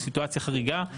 סיטואציה חריגה.